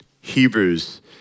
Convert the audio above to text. Hebrews